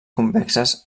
convexes